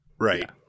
right